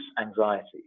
anxiety